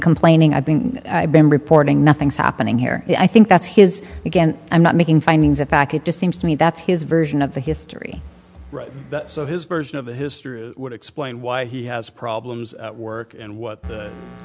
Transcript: complaining i think i've been reporting nothing's happening here i think that's his again i'm not making findings of fact it just seems to me that's his version of the history right so his version of history would explain why he has problems at work and what the